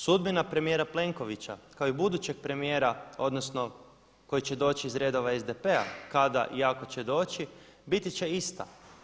Sudbina premijera Plenkovića kao i budućeg premijera, odnosno koji će doći iz redova SDP-a kada i ako će doći biti će ista.